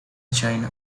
china